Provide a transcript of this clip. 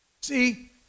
See